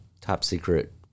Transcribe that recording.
top-secret